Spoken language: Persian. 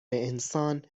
انسان